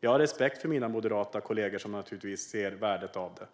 Jag har respekt för mina moderata kollegor som naturligtvis ser ett värde i en sådan.